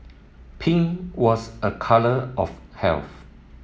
pink was a colour of health